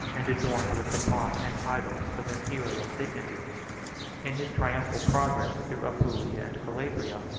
and adorned with the pomp and titles of imperial dignity in his triumphal progress through apulia and calabria,